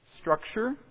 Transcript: structure